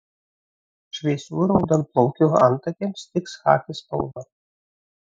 šviesių raudonplaukių antakiams tiks chaki spalva